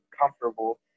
comfortable